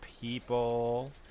people